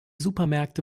supermärkte